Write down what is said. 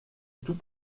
tout